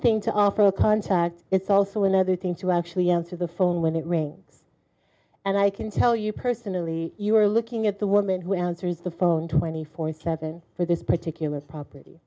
thing to offer a contact it's also another thing to actually answer the phone when it rings and i can tell you personally you were looking at the woman who answered the phone twenty four seventh's for this particular